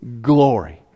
glory